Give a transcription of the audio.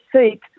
seek